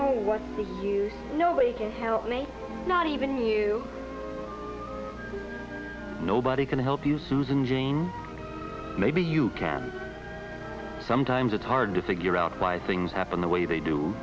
you nobody can help me not even you nobody can help you susan gene maybe you can sometimes it's hard to think you're out why things happen the way they do